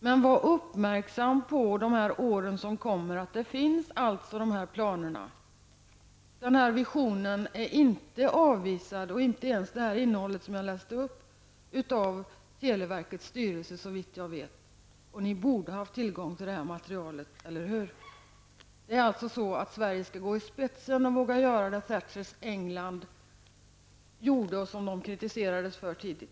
Men var uppmärksam på under åren som kommer att de här planerna finns! Det jag läste upp ur den här visionen har inte avvisats av televerkets styrelse, såvitt jag vet. Ni borde ha haft tillgång till det här materialet, eller hur? Sverige skall alltså gå i spetsen och våga göra det Thatchers England gjorde och kritiserades för tidigt.